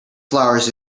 flowers